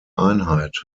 einheit